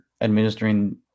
administering